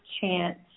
chance